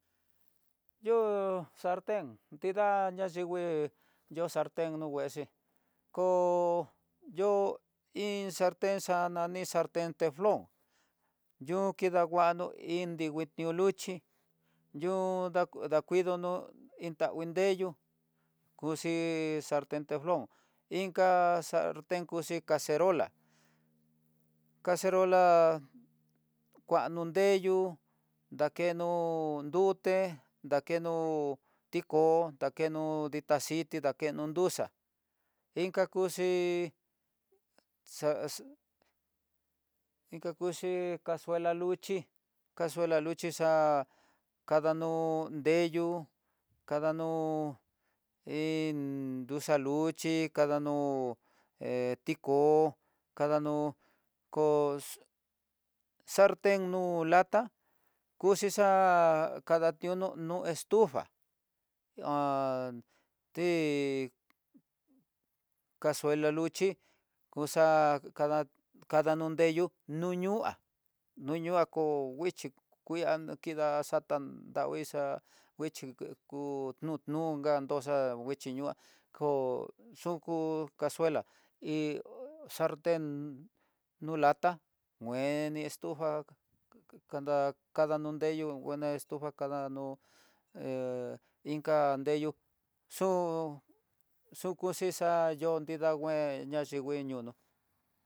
Yo'ó salten nrida ña yingui, yo salten no nguexhi kó yo'ó iin salten xa nani iin salten, xa nani iin salten tenflon, yu kida danguano iin dinguinió luxhi yu'u dakuidono, iin tangui nreyú kuxhii salten tenflon, inka salten kuxhi caserola, caserola kuando nreyú akeno nruté, akeno tiko dakeno xhita xhiti dakuno duxa, inka kuxhi casuela duxhi casuela nruxhi xa'a kadanru nreyú kadano iin luxa luxhi kadano hé tikó kadanó ko salten nú lata kuxa kadationo, no estufa ha ti casuela nriuchí, xa'á kadanru nreyu nu ñuá no ñua ko nguixhi kuian xatan ndanguixa'á nguixhi ku niun niunga doxa nguixhi ñoa kó chunku casuela iin salten nu lata ngue estufa cada no nreyu buena estufa kadano he inka nreyu xu kuxi kixa kidan ngue ña yingui ñonó.